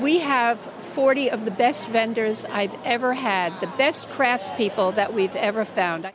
we have forty of the best vendors i've ever had the best craftspeople that we've ever found